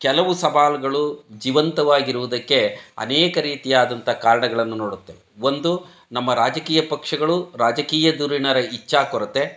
ಕೆಲವು ಸವಾಲುಗಳು ಜೀವಂತವಾಗಿರುವುದಕ್ಕೆ ಅನೇಕ ರೀತಿಯಾದಂಥ ಕಾರಣಗಳನ್ನು ನೋಡುತ್ತೇವೆ ಒಂದು ನಮ್ಮ ರಾಜಕೀಯ ಪಕ್ಷಗಳು ರಾಜಕೀಯ ಧುರೀಣರ ಇಚ್ಛಾ ಕೊರತೆ